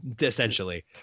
essentially